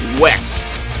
west